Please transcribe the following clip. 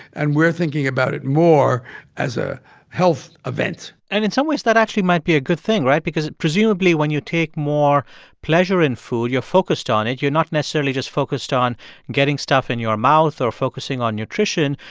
and we're thinking about it more as a health event and in some ways, that actually might be a good thing right? because presumably, when you take more pleasure in food, you're focused on it. you're not necessarily just focused on getting stuff in your mouth or focusing on nutrition.